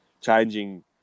changing